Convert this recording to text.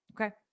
Okay